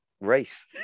race